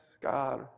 God